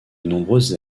nombreuses